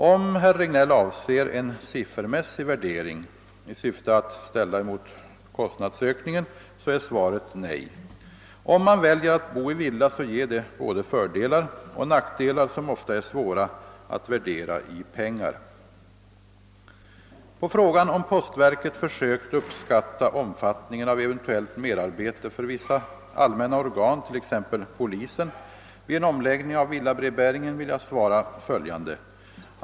Om herr Regnéll avser en siffermässig värdering i syfte att ställa den emot kostnadsökningen, så är svaret nej. Om man väljer att bo i villa, ger det både fördelar och nackdelar som ofta är svåra att värdera i pengar. På frågan, om postverket försökt uppskatta omfattningen av eventuellt merarbete för vissa allmänna organ, t.ex. polisen, vid en omläggning av villabrevbäringen, vill jag svara följande.